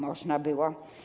Można było?